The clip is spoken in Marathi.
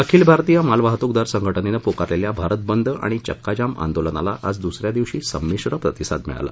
अखिल भारतीय मालवाहतुकदार संघटनेनं पुकारलेल्या भारत बंद आणि चक्काजाम आंदोलनाला आज द्स या दिवशी संमिश्र प्रतिसाद मिळाला